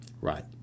right